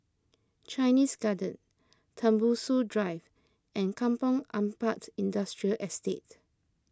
Chinese Garden Tembusu Drive and Kampong Ampat Industrial Estate